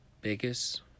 Biggest